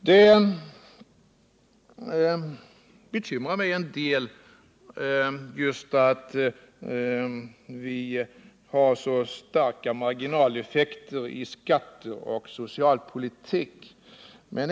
Det bekymrar mig en del att vi har så starka marginaleffekter i skatteoch socialpolitiken.